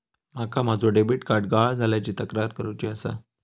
माका माझो debit card गहाळ झाल्याची तक्रार करुची आसा